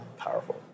powerful